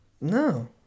No